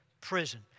prison